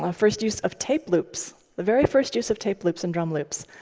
ah first use of tape loops the very first use of tape loops and drum loops.